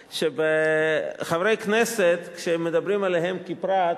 חברי כנסת, כשהם מדברים עליהם כפרט,